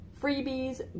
freebies